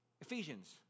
Ephesians